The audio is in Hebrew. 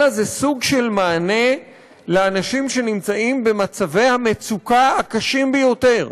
אלא זה סוג של מענה לאנשים שנמצאים במצבי המצוקה הקשים ביותר,